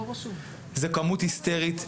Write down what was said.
זו כמות היסטרית.